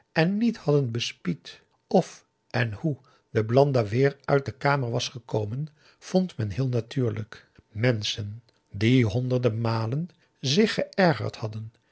en niet hadden bespied of en hoe de b l a n d a weer uit de kamer was gekomen vond men heel natuurlijk menschen die honderden malen zich geërgerd hadden